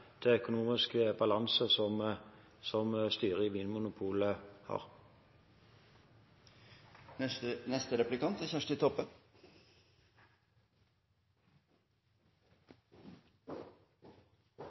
til økonomisk balanse som styret i Vinmonopolet har.